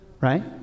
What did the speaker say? right